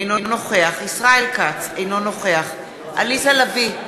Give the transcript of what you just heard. אינו נוכח ישראל כץ, אינו נוכח עליזה לביא,